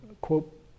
quote